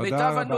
תודה רבה.